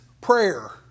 prayer